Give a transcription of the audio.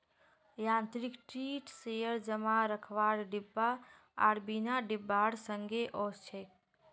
यांत्रिक tree shaker जमा रखवार डिब्बा आर बिना डिब्बार संगे ओसछेक